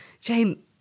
Jane